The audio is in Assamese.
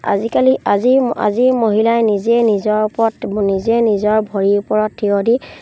আজিকালি আজি আজিৰ মহিলাই নিজে নিজৰ ওপৰত নিজে নিজৰ ভৰিৰ ওপৰত থিয় দি